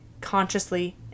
consciously